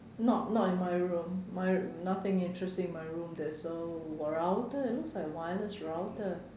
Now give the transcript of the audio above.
not not in my room my nothing interesting in my room there's a router it looks like a wireless router